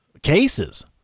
cases